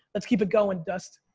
let's keep it going dust.